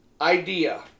Idea